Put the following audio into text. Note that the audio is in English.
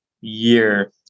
year